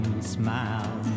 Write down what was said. smile